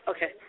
Okay